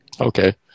Okay